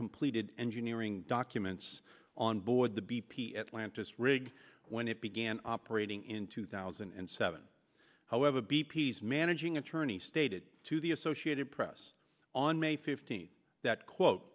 completed engineering documents on board the b p atlantis rig when it began operating in two thousand and seven however b p s managing attorney stated to the associated press on may fifteenth that quote